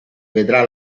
vedrà